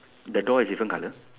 the door is different colour